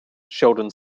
sheldon